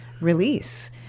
release